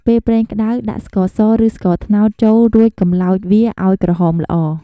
ពេលប្រេងក្ដៅ ដាក់ ស្ករស ឬស្ករត្នោត ចូល រួចកម្លោចវាឱ្យក្រហមល្អ។